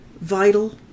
vital